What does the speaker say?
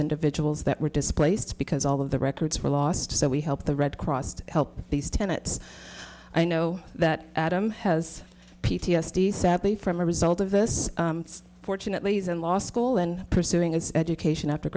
individuals that were displaced because all of the records were lost so we helped the red cross to help these tenets i know that adam has p t s d sadly from a result of this fortunately he's in law school and pursuing his education after